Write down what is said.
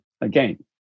again